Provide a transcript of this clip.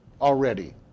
already